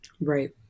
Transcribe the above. Right